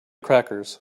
crackers